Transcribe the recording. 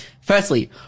Firstly